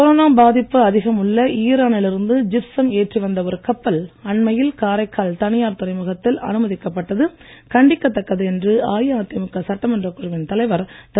corona பாதிப்பு அதிகம் உள்ள ஈரானில் இருந்து ஜிப்சம் ஏற்றி வந்த ஒரு கப்பல் அண்மையில் காரைக்கால் தனியார் துறைமுகத்தில் அனுமதிக்கப்பட்டது கண்டிக்கத்தக்கது என்று அஇஅதிமுக சட்டமன்றக் குழுவின் தலைவர் திரு